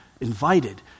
invited